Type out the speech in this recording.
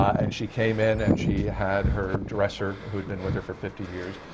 and she came in and she had her dresser who had been with her for fifty years.